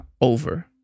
over